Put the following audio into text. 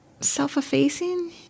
Self-effacing